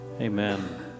Amen